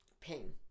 Pain